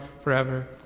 forever